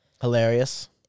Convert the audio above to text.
Hilarious